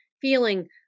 feeling